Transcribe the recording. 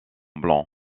blanc